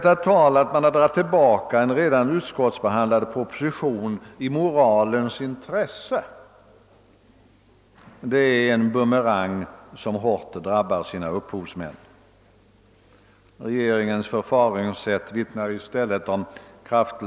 Talet om att den redan i huvudsak utskottsbehandlade propositionen dras tillbaka i moralens intresse är en bumerang som hårt träffar dem som kastat den. Regeringens förfaringsätt vittnar om kraftlöshet och sönderfall.